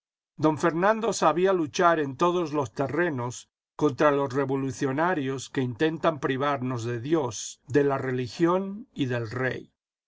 don fernando sabía luchar en todos los terrenos contra los revolucionarios que intentan privarnos de dios de la religión y del rey